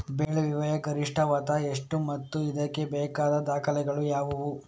ಬೆಳೆ ವಿಮೆಯ ಗರಿಷ್ಠ ಮೊತ್ತ ಎಷ್ಟು ಮತ್ತು ಇದಕ್ಕೆ ಬೇಕಾದ ದಾಖಲೆಗಳು ಯಾವುವು?